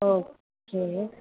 okay